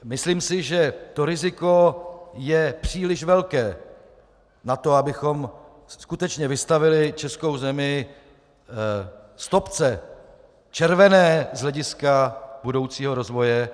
Myslím si, že to riziko je příliš velké na to, abychom skutečně vystavili českou zemi stopce červené z hlediska budoucího rozvoje.